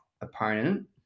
opponent